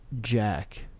Jack